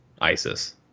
ISIS